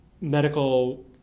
medical